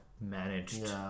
managed